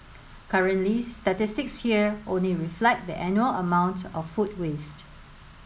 currently statistics here only reflect the annual amount of food waste